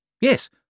Yes